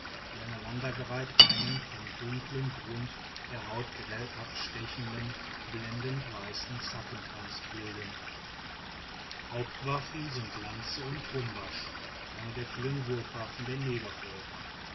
die aneinandergereiht einen vom dunkeln grund der haut grell abstechenden blendend weißen zackenkranz bilden hauptwaffen sind lanze und trumbasch eine der vielen wurfwaffen